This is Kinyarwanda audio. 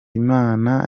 imana